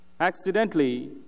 Accidentally